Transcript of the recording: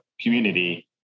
community